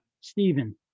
Stephen